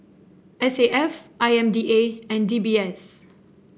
S A F I M D A and D B S